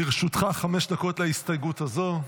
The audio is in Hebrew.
בבקשה, לרשותך חמש דקות להסתייגות הזאת.